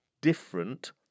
different